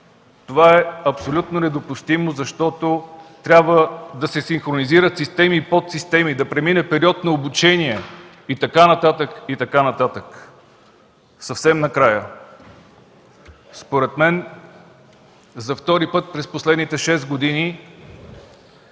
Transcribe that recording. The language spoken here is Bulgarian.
Това е абсолютно недопустимо, защото трябва да се синхронизират системи и подсистеми, да премине период на обучение и така нататък, и така нататък. Съвсем накрая, според мен за втори път през последните шест години